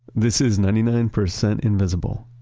this is ninety nine percent invisible.